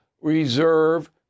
reserve